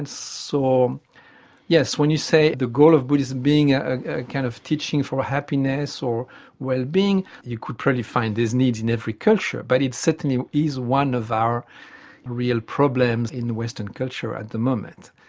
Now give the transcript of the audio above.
and so yes, when you say the goal of buddhism being a kind of teaching for happiness or wellbeing, you could probably find these needs in every culture, but it certainly is one of our real problems in the western culture at the moment.